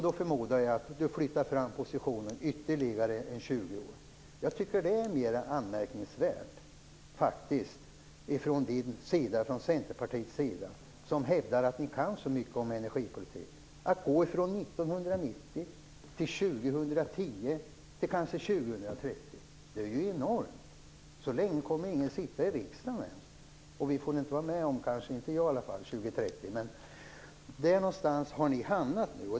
Då förmodar jag att Lennart Daléus flyttar fram positionerna ytterligare 20 år. Det tycker jag är mer anmärkningsvärt, särskilt som ni från Centerpartiet hävdar att ni kan så mycket om energipolitik. Ni går från 1990 till 2010 och sedan kanske till 2030. Det är ju enormt. Så länge kommer ingen av oss att sitta i riksdagen. Vi får inte vara med om 2030 - inte jag i alla fall. Där någonstans har ni hamnat nu.